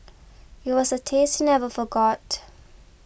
it was a taste he never forgot